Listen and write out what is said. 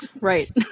right